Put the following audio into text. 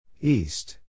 East